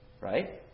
right